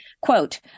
quote